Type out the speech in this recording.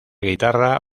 guitarra